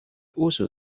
uzu